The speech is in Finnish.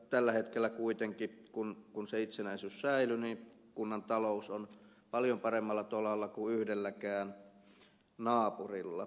tällä hetkellä kuitenkin kun se itsenäisyys säilyi kunnan talous on paljon paremmalla tolalla kuin yhdelläkään naapurilla